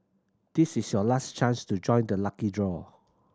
this is your last chance to join the lucky draw